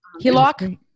HELOC